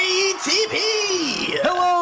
Hello